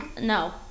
No